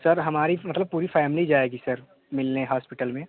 sir हमारी मतलब पूरी फैमिली जाएगी सर मिलने हॉस्पिटल में